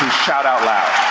shout out loud.